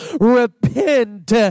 repent